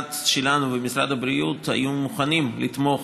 המשרד שלנו ומשרד הבריאות היו מוכנים לתמוך